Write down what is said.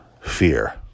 fear